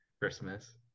Christmas